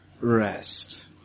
rest